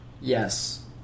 Yes